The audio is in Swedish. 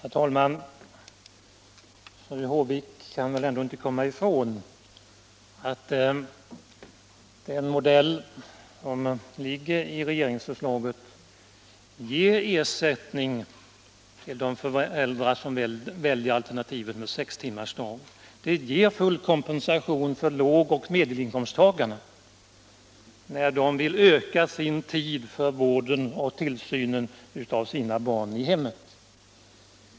Nr 133 Herr talman! Fru Håvik kan väl ändå inte komma ifrån att den modell Tisdagen den som finns i regeringsförslaget ger full kompensation till de föräldrar som 17 maj 1977 väljer alternativet med sex timmars arbetsdag eller att det ger full kom = pensation till de föräldrar bland lågoch medelinkomsttagarna som vill — Föräldraförsäkringöka sin tid för vården och tillsynen av barnen i hemmet?